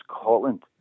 Scotland